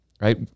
Right